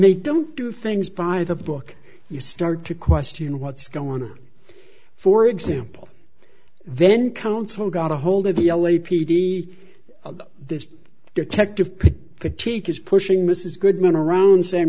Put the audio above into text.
they don't do things by the book you start to question what's going on for example then counsel got a hold of the l a p d the detective the take is pushing mrs goodman around saying